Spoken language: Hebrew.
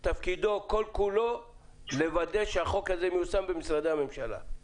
שכל תפקידו לוודא שהחוק הזה מיושם במשרדי הממשלה?